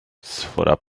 sfora